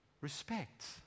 respect